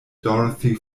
dorothy